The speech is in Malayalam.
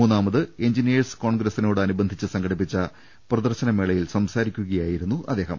മൂന്നാമത് എഞ്ചിനീയേഴ്സ് കോൺഗ്രസിനോടനുബ ന്ധിച്ച് സംഘടിപ്പിച്ച പ്രദർശന മേളയിൽ സംസാരിക്കുകയായിരുന്നു അദ്ദേ ഹം